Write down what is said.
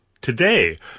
today